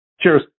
Cheers